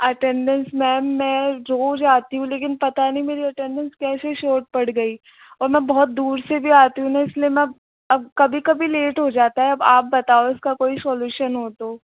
attendance ma'am मैं रोज़ आती हूँ लेकिन पता नहीं मेरी अटेंडेंस कैसे शॉर्ट पड़ गई और मैं बहुत दूर से भी आती हूँ ना इसलिए मैं अब कभी कभी लेट हो जाता है अब आप बताओ इसका कोई सोल्यूशन हो तो